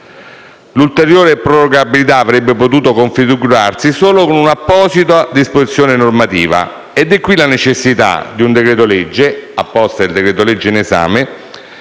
L'ulteriore prorogabilità avrebbe potuto configurarsi solo con un'apposita disposizione normativa e da qui nasce la necessità di un decreto-legge come quello al nostro esame,